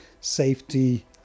safety